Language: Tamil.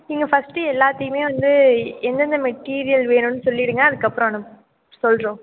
நீங்கள் ஃபர்ஸ்ட்டு எல்லாத்தையுமே வந்து எந்தெந்த மெட்டீரியல் வேணும்னு சொல்லிவிடுங்க அதற்கப்பறம் சொல்கிறோம்